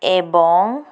ଏବଂ